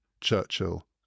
Churchill